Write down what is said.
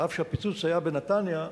אף שהפיצוץ שהיה בנתניה,